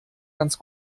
ganz